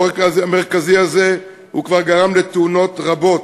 העורק המרכזי הזה כבר גרם לתאונות רבות.